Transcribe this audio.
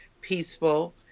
peaceful